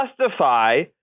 justify